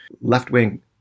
left-wing